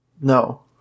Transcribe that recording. No